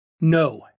No